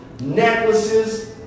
necklaces